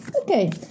Okay